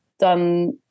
Done